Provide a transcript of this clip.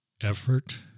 effort